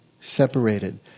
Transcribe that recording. separated